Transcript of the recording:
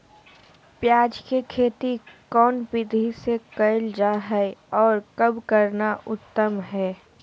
प्याज के खेती कौन विधि से कैल जा है, और कब करना उत्तम है?